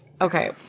Okay